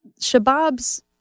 Shabab's